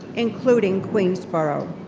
including queensborough.